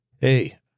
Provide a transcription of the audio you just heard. Hey